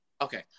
Okay